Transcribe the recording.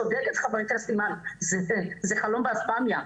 צודקת חברת הכנסת אימאן, זה חלום באספמיה.